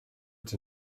it’s